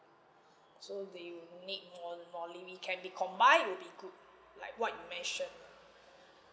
so they would need more more leave if it can be combined it would be good like what you mentioned lah